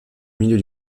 milieu